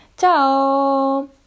ciao